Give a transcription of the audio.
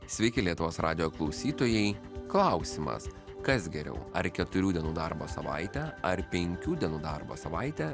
sveiki lietuvos radijo klausytojai klausimas kas geriau ar keturių dienų darbo savaitė ar penkių dienų darbo savaitė